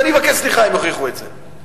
ואני אבקש סליחה אם יוכיחו את זה,